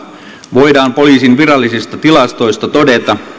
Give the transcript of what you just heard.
voidaan poliisin virallisista tilastoista todeta